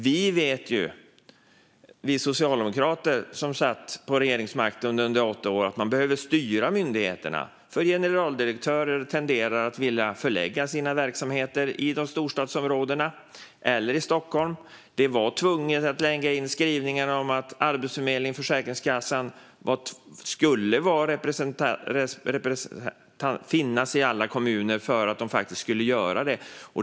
Vi socialdemokrater som satt vid regeringsmakten under åtta år vet att man behöver styra myndigheterna. Generaldirektörer tenderar att vilja förlägga sina verksamheter till storstadsområdena eller Stockholm. Man var tvungen att lägga in skrivningar om att Arbetsförmedlingen och Försäkringskassan skulle finnas i alla kommuner för att de skulle göra det.